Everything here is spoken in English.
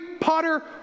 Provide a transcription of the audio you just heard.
Potter